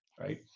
right